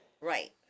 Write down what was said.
Right